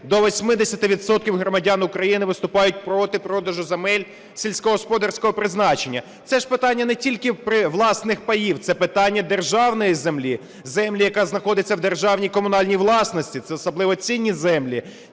громадян України вступають проти продажу земель сільськогосподарського призначення? Це ж питання не тільки власних паїв – це питання державної землі, землі, яка знаходиться в державній і комунальній власності, це особливо цінні землі.